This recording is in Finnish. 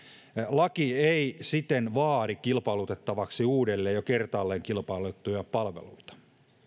laki ei siten vaadi kilpailutettavaksi uudelleen jo kertaalleen kilpailutettuja palveluita